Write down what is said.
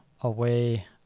away